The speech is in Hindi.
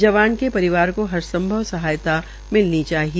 जवान के परिवार को हर संभव सहायता मिलनी चाहिए